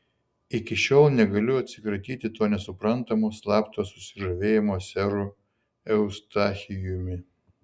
iki šiol negaliu atsikratyti to nesuprantamo slapto susižavėjimo seru eustachijumi